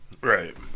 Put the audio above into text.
Right